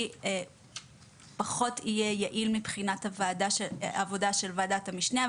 יהיה פחות יעיל מבחינת העבודה של ועדת המשנה,